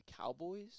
Cowboys